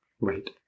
right